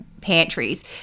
pantries